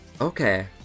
okay